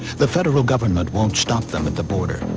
the federal government won't stop them at the border,